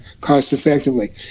cost-effectively